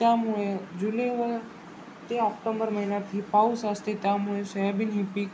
त्यामुळे जुलै व ते ऑक्टोंबर महिन्यात हे पाऊस असते त्यामुळे सोयाबीन हे पीक